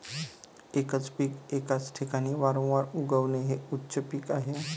एकच पीक एकाच ठिकाणी वारंवार उगवणे हे उच्च पीक आहे